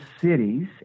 cities